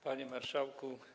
Panie Marszałku!